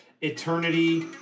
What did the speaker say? Eternity